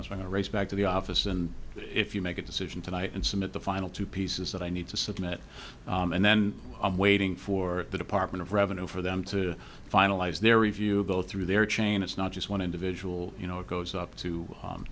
to race back to the office and if you make a decision tonight and some of the final two pieces that i need to submit and then i'm waiting for the department of revenue for them to finalize their review go through their chain it's not just one individual you know it goes up to